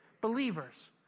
Believers